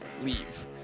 leave